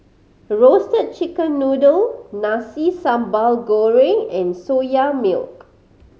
Roasted Chicken Noodle Nasi Sambal Goreng and Soya Milk